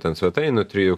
ten svetainių trijų